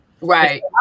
Right